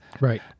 Right